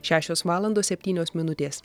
šešios valandos septynios minutės